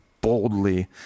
boldly